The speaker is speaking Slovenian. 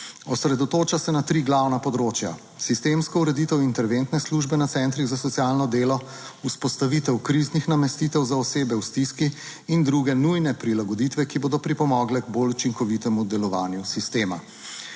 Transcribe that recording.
Osredotoča se na tri glavna področja: sistemsko ureditev interventne službe na centrih za socialno delo, vzpostavitev kriznih namestitev za osebe v stiski in druge nujne prilagoditve, ki bodo pripomogle k bolj učinkovitemu delovanju sistema.